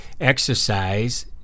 Exercise